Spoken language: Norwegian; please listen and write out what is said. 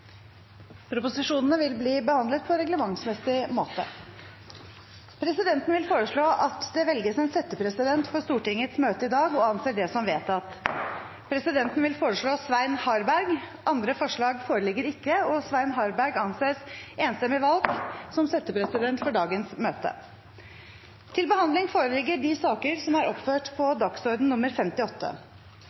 og vil ta sete. Presidenten vil foreslå at det velges en settepresident for Stortingets møte i dag – og anser det som vedtatt. Presidenten vil foreslå Svein Harberg. – Andre forslag foreligger ikke, og Svein Harberg anses enstemmig valgt som settepresident for dagens møte. Før sakene på dagens kart tas opp til behandling, vil presidenten opplyse om at møtet fortsetter utover kl. 16 til dagens kart er